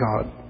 God